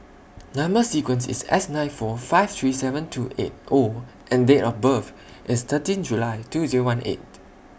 Number sequence IS S nine four five three seven two eight O and Date of birth IS thirteen July two Zero one eight